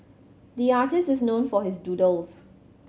the artist is known for his doodles